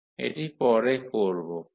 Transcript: এটি পরে করব